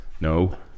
no